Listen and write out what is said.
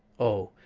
o,